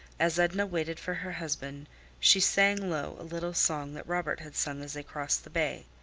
as edna waited for her husband she sang low a little song that robert had sung as they crossed the bay.